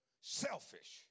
selfish